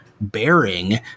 bearing